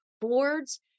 boards